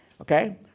okay